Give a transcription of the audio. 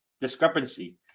discrepancy